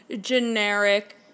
generic